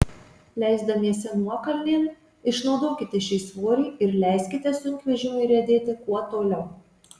leisdamiesi nuokalnėn išnaudokite šį svorį ir leiskite sunkvežimiui riedėti kuo toliau